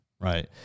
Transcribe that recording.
Right